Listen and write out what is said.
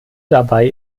dabei